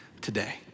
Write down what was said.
Today